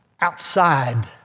Outside